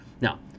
Now